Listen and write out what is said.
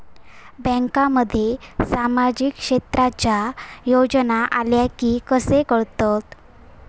बँकांमध्ये सामाजिक क्षेत्रांच्या योजना आल्या की कसे कळतत?